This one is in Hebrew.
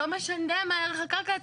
לא משנה מה ערך הקרקע אצלה,